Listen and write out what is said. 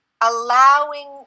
allowing